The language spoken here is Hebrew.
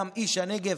גם איש הנגב,